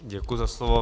Děkuji za slovo.